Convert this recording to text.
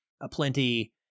aplenty